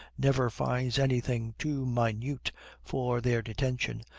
never finds anything too minute for their detention,